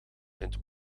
vindt